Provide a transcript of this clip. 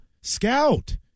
Scout